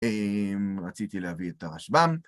רציתי להביא את הרשבן.